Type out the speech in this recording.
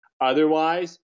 Otherwise